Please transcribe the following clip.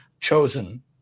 Chosen